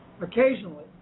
occasionally